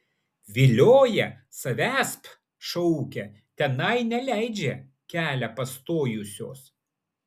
vilioja savęsp šaukia tenai neleidžia kelią pastojusios